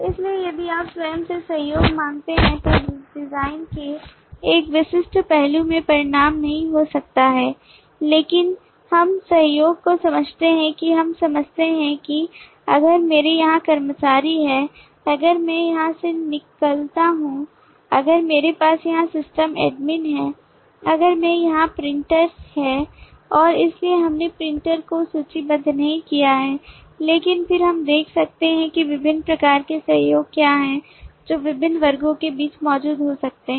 इसलिए यदि आप स्वयं से सहयोग मांगते हैं तो डिजाइन के एक विशिष्ट पहलू में परिणाम नहीं हो सकता है लेकिन यदि हम सहयोग को समझते हैं तो हम समझते हैं कि अगर मेरे यहां कर्मचारी हैं अगर मैं यहां से निकलता हूं अगर मेरे पास यहां सिस्टम एडमिन है अगर मैं यहाँ प्रिंटर है और इसलिए हमने प्रिंटर को सूचीबद्ध नहीं किया है लेकिन फिर हम देख सकते हैं कि विभिन्न प्रकार के सहयोग क्या हैं जो विभिन्न वर्गों के बीच मौजूद हो सकते हैं